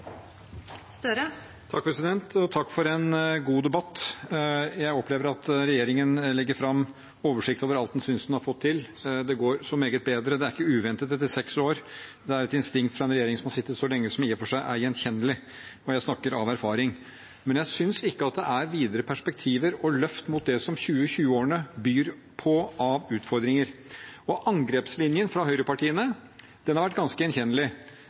for en god debatt. Jeg opplever at regjeringen legger fram oversikt over alt den synes den har fått til – det går så meget bedre. Det er ikke uventet etter seks år, det er et instinkt som i og for seg er gjenkjennelig fra en regjering som har sittet så lenge – og jeg snakker av erfaring. Men jeg synes ikke at det er videre perspektiver og løft mot det som 2020-årene byr på av utfordringer. Angrepslinjen fra høyrepartiene har vært ganske gjenkjennelig: